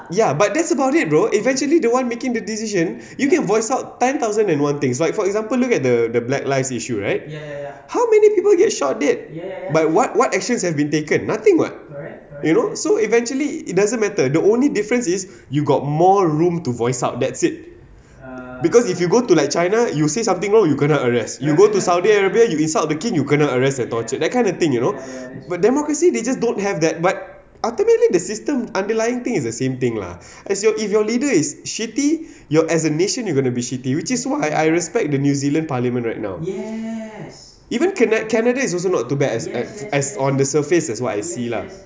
ya but that's about it bro eventually the one making the decision you can voice out ten thousand and one things like for example look at the the black lives issued right how many people get shot dead but what what actions have been taken nothing [what] you know so eventually it doesn't matter the only difference is you got more room to voice out that's it because if you go to like china you will say something wrong you kena arrest you go to saudi arabia you insult the king you kena arrest then tortured that kind of thing you know but democracy they just don't have that but ultimately the system underlying thing it's the same thing lah as you if your leader is shitty as a nation you gonna be shitty which is why I I respect the new zealand parliament right now even cana~ canada is also not too bad as as as on the surface as what I see lah